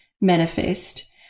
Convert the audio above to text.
manifest